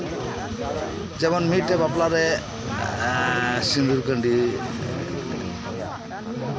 ᱡᱮᱢᱚᱱ ᱢᱤᱫᱴᱮᱱ ᱵᱟᱯᱞᱟ ᱨᱮ ᱥᱤᱸᱫᱩᱨ ᱠᱷᱟᱸᱰᱤ